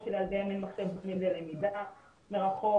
שלילדיהם אין מחשב מתאים ללמידה מרחוק,